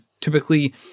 typically